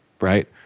Right